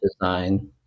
design